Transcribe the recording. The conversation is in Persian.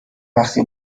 وقتی